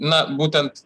na būtent